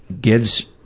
gives